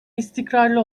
istikrarlı